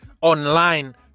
online